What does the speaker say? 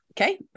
Okay